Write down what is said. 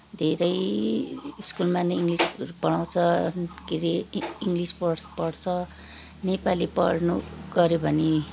धेरै स्कुलमा नै इङ्ग्लिसहरू पढाउँछ के अरे इङ्ग्लिस पढ्छ नेपाली पढ्नु गऱ्यो भने